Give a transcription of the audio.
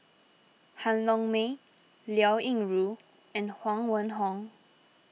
Han Yong May Liao Yingru and Huang Wenhong